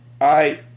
I